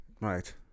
Right